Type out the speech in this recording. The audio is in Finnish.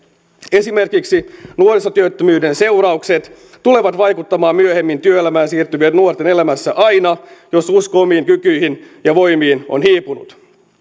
esimerkiksi nuorisotyöttömyyden seuraukset tulevat vaikuttamaan myöhemmin työelämään siirtyvien nuorten elämässä aina jos usko omiin kykyihin ja voimiin on hiipunut